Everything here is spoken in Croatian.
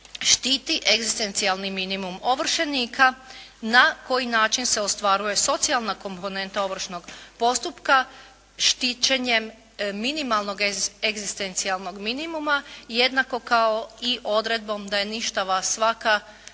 štiti egzistencijalni minimum ovršenika na koji način se ostvaruje socijalna komponenta ovršnog postupka štićenjem minimalnog egzistencijalnog minimuma, jednako kao i odredbom da je ništava svaka odredba